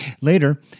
Later